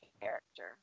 character